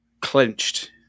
clenched